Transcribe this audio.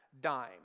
dime